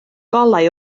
golau